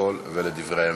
לפרוטוקול ול"דברי הכנסת".